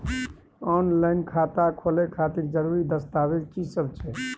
Online खाता खोले खातिर जरुरी दस्तावेज की सब छै?